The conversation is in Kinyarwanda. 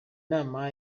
nama